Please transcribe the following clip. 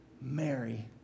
Mary